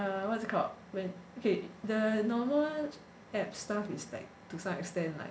what is it called okay the normal [one] abs stuff is like to some extent like